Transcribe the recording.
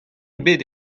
ebet